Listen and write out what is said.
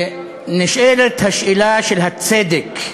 נשאלת השאלה של הצדק,